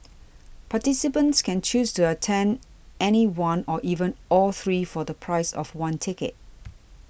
participants can choose to attend any one or even all three for the price of one ticket